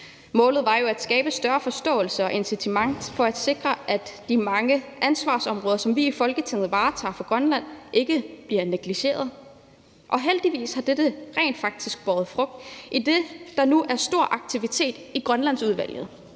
Målet var jo at skabe større forståelse for og incitament til at sikre, at de mange ansvarsområder, som vi i Folketinget varetager for Grønland, ikke bliver negligeret. Heldigvis har dette rent faktisk båret frugt, idet der nu er stor aktivitet i Grønlandsudvalget.